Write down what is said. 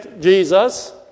Jesus